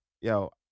yo